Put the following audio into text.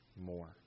more